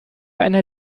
einer